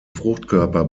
fruchtkörper